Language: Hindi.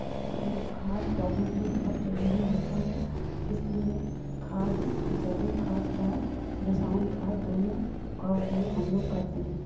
खाद पौधों के लिए बहुत ज़रूरी होता है इसलिए खाद जैविक खाद और रसायन खाद दोनों का उपयोग हम लोग करते हैं